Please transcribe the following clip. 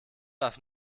darf